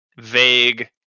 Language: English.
vague